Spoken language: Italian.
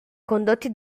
condotti